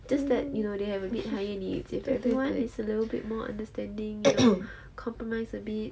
just that you know they have a bit higher needs if everyone is a little bit more understanding compromise a bit